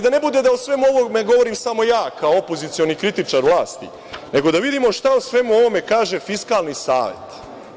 Da ne bude da o svemu ovome govorim samo ja kao opozicioni kritičar vlasti, nego da vidimo šta o svemu kaže Fiskalni savet.